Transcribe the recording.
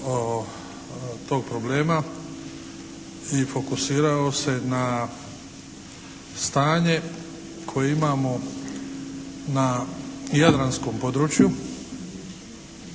tog problema i fokusirao se na stanje koje imamo na jadranskom području